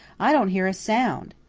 i don't hear a sound.